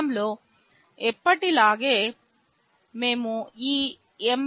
ప్రోగ్రామ్లో ఎప్పటిలాగే మేము ఈ mbed